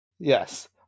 Yes